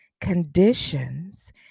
conditions